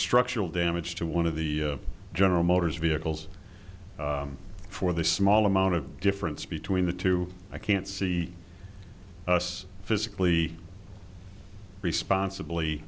structural damage to one of the general motors vehicles for the small amount of difference between the two i can't see us physically responsibly